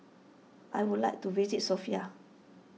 I would like to visit Sofia